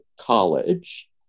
College